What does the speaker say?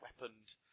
weaponed